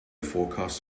forecast